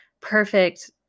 perfect